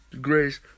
grace